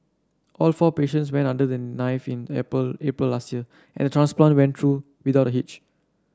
all four patients went under the knife in April April last year and transplant went through without a hitch